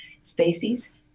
species